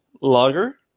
Lager